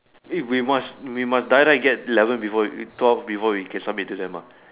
eh we must we must die die get eleven before twelve before we can submit to them ah